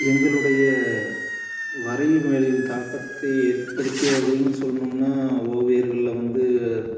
எங்களுடைய வரையும் வேலையில் தாக்கத்தை ஏற்படுத்தியவர்களென்னு சொல்ணும்ன்னால் ஓவியர்களில் வந்து